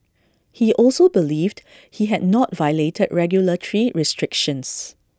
he also believed he had not violated regulatory restrictions